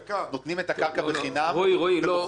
נותנים את הקרקע בחינם ומוכרים אותה